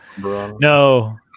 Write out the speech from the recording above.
no